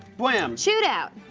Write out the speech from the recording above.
bwam. shootout.